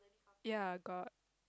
ya got